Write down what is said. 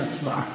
להצבעה.